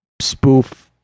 spoof